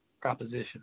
proposition